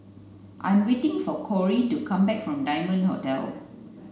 I'm waiting for Corrie to come back from Diamond Hotel